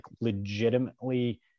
legitimately